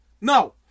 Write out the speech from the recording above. No